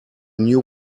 new